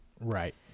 Right